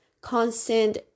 constant